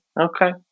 Okay